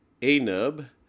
Anub